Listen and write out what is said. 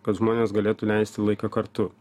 kad žmonės galėtų leisti laiką kartu